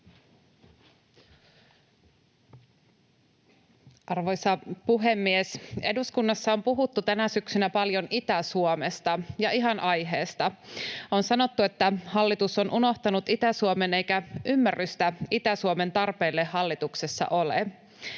Arvoisa puhemies! Eduskunnassa on puhuttu tänä syksynä paljon Itä-Suomesta, ja ihan aiheesta. On sanottu, että hallitus on unohtanut Itä-Suomen eikä ymmärrystä Itä-Suomen tarpeille hallituksessa ole.